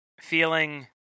feeling